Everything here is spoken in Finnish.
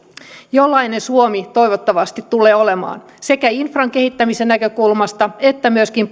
jollainen suomi toivottavasti tulee olemaan sekä infran kehittämisen näkökulmasta että myöskin